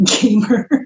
gamer